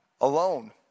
alone